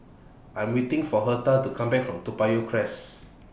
I'm waiting For Hertha to Come Back from Toa Payoh Crest